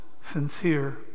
sincere